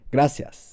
Gracias